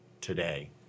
today